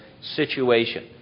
situation